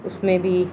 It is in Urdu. اس میں بھی